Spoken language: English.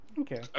Okay